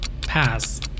Pass